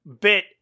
bit